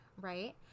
right